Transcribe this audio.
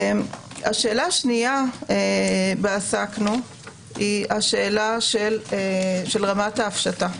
השאלה השנייה בה עסקנו היא זו של רמת ההפשטה.